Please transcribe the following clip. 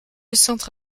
centre